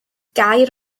gair